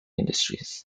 industries